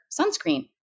sunscreen